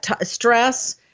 Stress